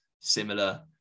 similar